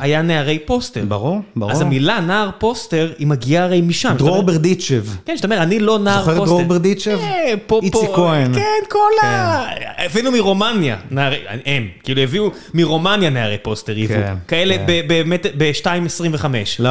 היה נערי פוסטר. ברור. אז המילה "נער פוסטר", היא מגיעה הרי משם. דרור ברדיצ'ב. כן, כשאתה אומר "אני לא נער פוסטר". זוכר את דרור ברדיצ'ב? כן, פופו. איציק כהן. כן, כל ה... הבאנו מרומניה. הם, כאילו הביאו מרומניה נערי פוסטר, כאלה באמת ב-2.25.